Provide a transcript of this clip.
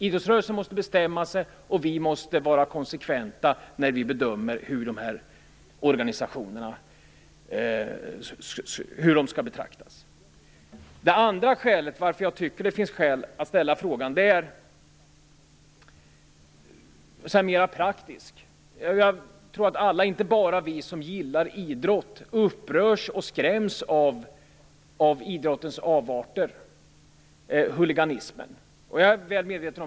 Idrottsrörelsen måste bestämma sig, och vi måste vara konsekventa när vi bedömer hur dessa organisationer skall betraktas. Det andra skälet är av mera praktisk art. Inte bara vi som gillar idrott upprörs och skräms av idrottens avarter, huliganismen.